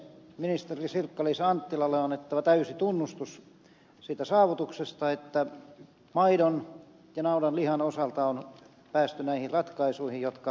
ministeri sirkka liisa anttilalle on annettava täysi tunnustus siitä saavutuksesta että maidon ja naudanlihan tuotannon osalta on päästy näihin ratkaisuihin jotka hän ministerinä äsken esitteli